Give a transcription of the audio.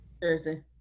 Thursday